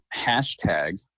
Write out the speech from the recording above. hashtag